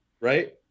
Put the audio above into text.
Right